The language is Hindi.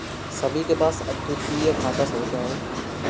सभी के पास अद्वितीय खाता संख्या हैं